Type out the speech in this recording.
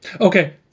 okay